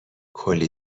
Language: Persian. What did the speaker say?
کلّی